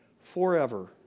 Forever